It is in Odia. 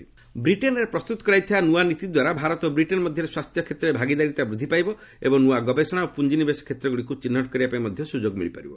ୟୁକେ ଇଣ୍ଡିଆ ବ୍ରିଟେନ୍ରେ ପ୍ରସ୍ତୁତ କରାଯାଇଥିବା ନୂଆ ନୀତି ଦ୍ୱାରା ଭାରତ ଓ ବ୍ରିଟେନ୍ ମଧ୍ୟରେ ସ୍ୱାସ୍ଥ୍ୟ କ୍ଷେତ୍ରରେ ଭାଗିଦାରୀତା ବୃଦ୍ଧି ପାଇବ ଏବଂ ନୂଆ ଗବେଷଣା ଓ ପୁଞ୍ଜିନିବେଶ କ୍ଷେତ୍ରଗୁଡ଼ିକୁ ଚିହ୍ନଟ କରିବା ପାଇଁ ମଧ୍ୟ ସୁଯୋଗ ମିଳିପାରିବ